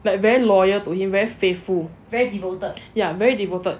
like very loyal to him very faithful ya very devoted